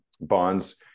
bonds